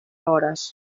hores